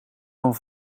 van